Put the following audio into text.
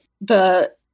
the-